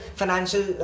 financial